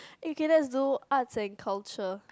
eh okay let's do arts and culture